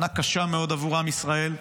שנה קשה מאוד עבור עם ישראל,